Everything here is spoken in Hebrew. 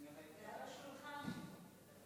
זה נושא אחר.